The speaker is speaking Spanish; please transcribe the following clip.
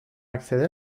acceder